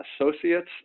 associates